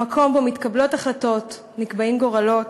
המקום שבו מתקבלות החלטות, נקבעים גורלות.